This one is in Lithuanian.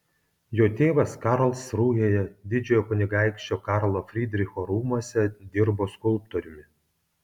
jo tėvas karlsrūhėje didžiojo kunigaikščio karlo frydricho rūmuose dirbo skulptoriumi